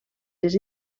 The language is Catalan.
les